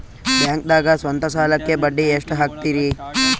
ಬ್ಯಾಂಕ್ದಾಗ ಸ್ವಂತ ಸಾಲಕ್ಕೆ ಬಡ್ಡಿ ಎಷ್ಟ್ ಹಕ್ತಾರಿ?